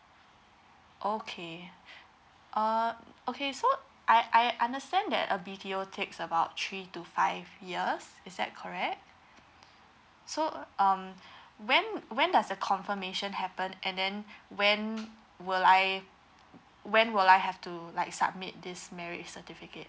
okay uh okay so I I understand that a B_T_O takes about three to five years is that correct so um when when does the confirmation happen and then when will I when will I have to like submit this marriage certificate